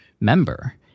member